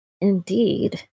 Indeed